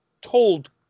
told